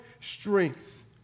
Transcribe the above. strength